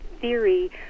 theory